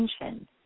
attention